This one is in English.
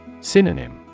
Synonym